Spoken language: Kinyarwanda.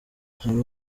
hari